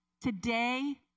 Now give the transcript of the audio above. today